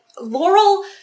Laurel